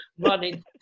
running